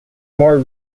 more